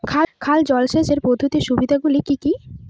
খাল জলসেচ পদ্ধতির সুবিধাগুলি কি কি?